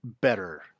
better